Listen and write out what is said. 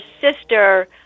sister